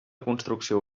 construcció